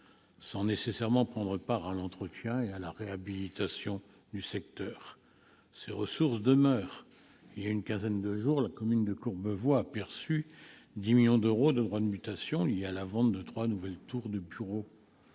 sans nécessairement prendre part à l'entretien et à la réhabilitation du secteur. Ces ressources demeurent. Il y a une quinzaine de jours, la commune de Courbevoie a perçu 10 millions d'euros de droits de mutation liés à la vente de trois nouvelles tours de bureaux.